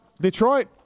Detroit